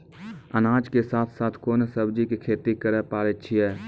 अनाज के साथ साथ कोंन सब्जी के खेती करे पारे छियै?